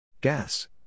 Gas